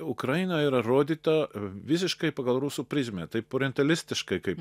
ukraina yra rodyta visiškai pagal rusų prizmę taip orientalistikai kaip